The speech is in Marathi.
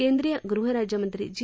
केंद्रीय गृहराज्यमंत्री जी